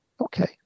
Okay